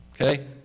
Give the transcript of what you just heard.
Okay